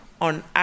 on